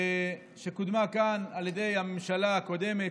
שקודמה כאן על ידי הממשלה הקודמת,